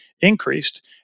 increased